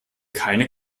keine